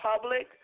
public